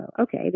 okay